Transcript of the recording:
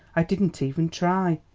i didn't even try.